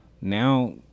now